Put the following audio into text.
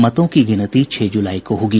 मतों की गिनती छह ज़ुलाई को ही होगी